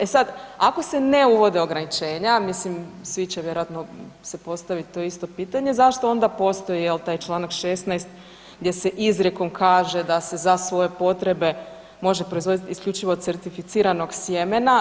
E sad, ako se ne uvode ograničenja, mislim svi će vjerojatno si postavit to isto pitanje zašto onda postoji jel taj čl. 16. gdje se izrijekom kaže da se za svoje potrebe može proizvodit isključivo certificiranog sjemena.